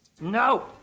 no